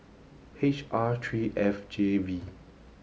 H R three F J V